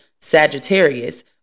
Sagittarius